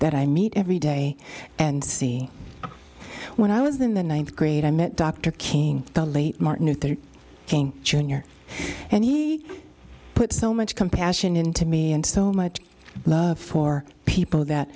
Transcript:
that i meet every day and see when i was in the ninth grade i met dr king the late martin luther king jr and he put so much compassion into me and so much love for people that